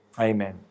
Amen